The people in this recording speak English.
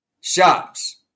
shops